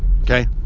okay